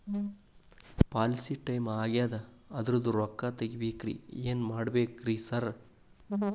Policy time ಆಗ್ಯಾದ ಅದ್ರದು ರೊಕ್ಕ ತಗಬೇಕ್ರಿ ಏನ್ ಮಾಡ್ಬೇಕ್ ರಿ ಸಾರ್?